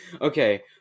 Okay